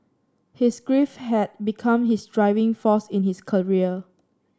his grief had become his driving force in his career